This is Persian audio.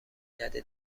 نده